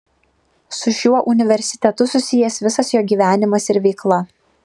su šiuo universitetu susijęs visas jo gyvenimas ir veikla